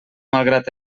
malgrat